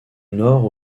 nord